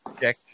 check